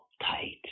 tight